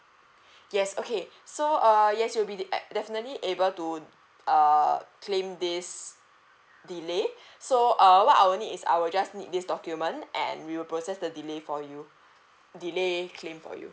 yes okay so uh yes you'll be at~ definitely able to uh claim this delay so uh what I will need is I will just need this document and we will process the delay for you delay claim for you